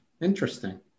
Interesting